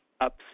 up